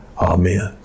Amen